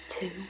Two